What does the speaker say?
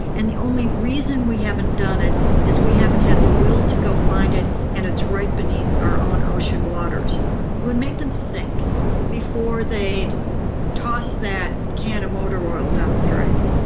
and the only reason we haven't done it is we haven't had the will to go find it and it's right beneath our own ocean waters. it would make them think before they toss that can of motor oil down the drain.